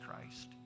Christ